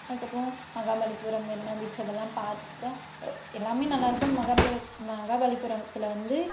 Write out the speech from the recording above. அதுக்கப்புறம் மகாபலிபுரம் மெரினா பீச் அதெல்லாம் பார்த்தா எல்லாமே நல்லா இருக்கும் மகாபலி மகாபலிபுரத்தில் வந்து